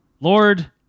Lord